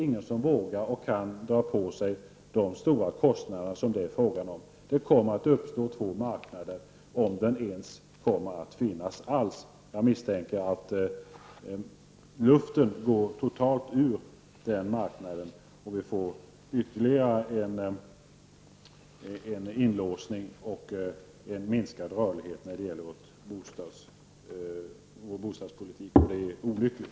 Ingen vågar eller kan dra på sig de stora kostnader som det blir fråga om. Det kommer således att uppstå två marknader om det över huvud taget kommer att finnas någon marknad. Jag misstänker att luften totalt går ur den marknaden och vi får en ytterligare inlåsning och minskad rörlighet när det gäller vår bostadspolitik. Det är olyckligt.